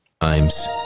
Times